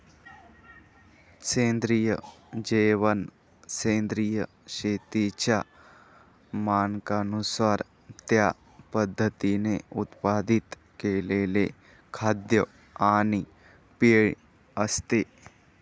सेंद्रिय जेवण सेंद्रिय शेतीच्या मानकांनुसार त्या पद्धतीने उत्पादित केलेले खाद्य आणि पेय असते